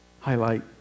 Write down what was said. Highlight